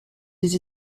des